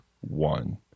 one